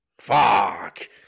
Fuck